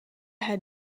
had